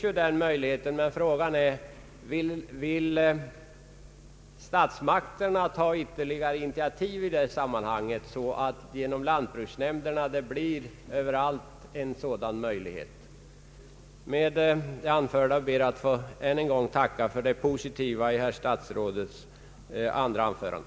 Möjlighet att inrätta sådana finns, men frågan är om statsrådet är beredd att ta ytterligare initiativ därvidlag och ge möjlighet för lantbruksnämnderna över lag att inrätta sådana förbund. Med det anförda ber jag än en gång att få tacka för det positiva i herr statsrådets andra anförande.